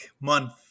Month